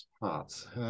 Parts